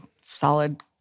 solid